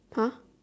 !huh!